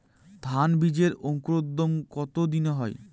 ধান বীজের অঙ্কুরোদগম কত দিনে হয়?